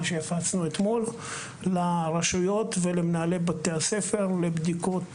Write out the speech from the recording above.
שהפצנו אתמול לרשויות ולמנהלי בתי הספר לבדיקות